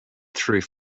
through